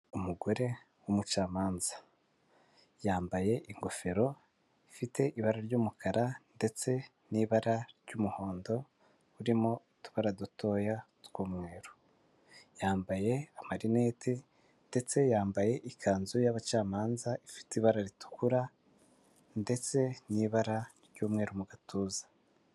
Umugore w'umucamanza yambaye ingofero ifite ibara ry'umukara ndetse n'ibara ry'umuhondo, urimo utubara dutoya tw'umweru, yambaye amarineti ndetse yambaye ikanzu y'abacamanza ifite ibara ritukura ndetse n'ibara ry'umweru mu gatuza.